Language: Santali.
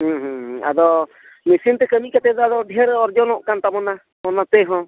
ᱦᱮᱸ ᱦᱮᱸ ᱟᱫᱚ ᱢᱮᱥᱤᱱᱛᱮ ᱠᱟᱹᱢᱤ ᱠᱟᱛᱮᱫ ᱫᱚ ᱟᱫᱚ ᱰᱷᱮᱹᱨ ᱚᱨᱡᱚᱱᱚᱜ ᱠᱟᱱ ᱛᱟᱵᱚᱱᱟ ᱚᱱᱟ ᱛᱮ ᱦᱚᱸ